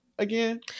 Again